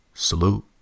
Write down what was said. Salute